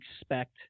expect